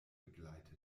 begleitet